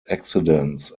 accidents